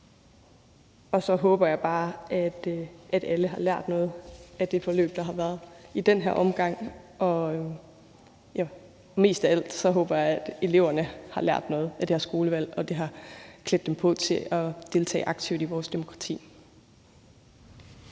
Og så håber jeg bare, at alle har lært noget af det forløb, der har været i den her omgang, og mest af alt håber jeg, at eleverne har lært noget af deres skolevalg, og at det har klædt dem på til at deltage aktivt i vores demokrati.